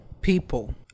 people